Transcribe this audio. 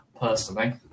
personally